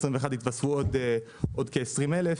התווספו עוד כ-20 אלף,